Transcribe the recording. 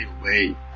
away